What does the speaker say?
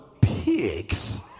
pigs